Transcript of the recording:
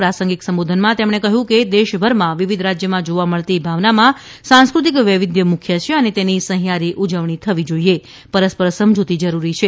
પ્રાસંગિક સંબોધનમાં તેમણે કહ્યું કે દેશભરમાં વિવિધ રાજયમાં જોવા મળતી ભાવનામાં સાંસ્કૃતિક વૈવિધ્ય મુખ્ય છે અને તેની સહિયારી ઉજવણી થવી જોઇએ પરસ્પર સમજૂતી જરૂરી છે